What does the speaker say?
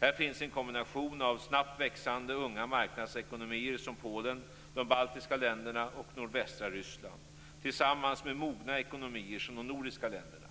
Här finns en kombination av snabbt växande unga marknadsekonomier som Polen, de baltiska länderna och nordvästra Ryssland tillsammans med mogna ekonomier som de nordiska länderna,